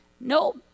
No